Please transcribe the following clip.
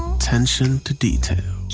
attention to detail. or,